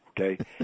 Okay